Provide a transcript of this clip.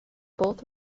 both